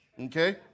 okay